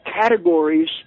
categories